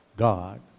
God